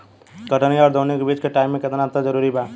कटनी आउर दऊनी के बीच के टाइम मे केतना अंतर जरूरी बा?